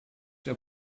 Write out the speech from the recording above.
der